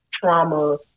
trauma